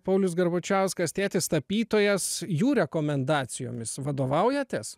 paulius garbačiauskas tėtis tapytojas jų rekomendacijomis vadovaujatės